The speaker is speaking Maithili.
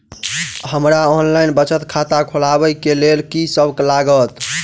हमरा ऑनलाइन बचत खाता खोलाबै केँ लेल की सब लागत?